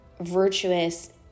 virtuous